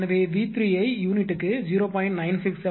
எனவே நீங்கள் V3 ஐ யூனிட்டுக்கு 0